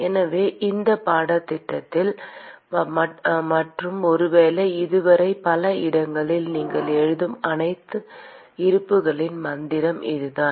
எனவே இந்தப் பாடத்தில் மற்றும் ஒருவேளை இது வரை பல பாடங்களில் நீங்கள் எழுதும் அனைத்து இருப்புகளின் மந்திரம் இதுதான்